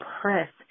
press